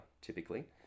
typically